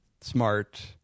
smart